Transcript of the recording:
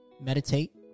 Meditate